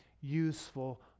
useful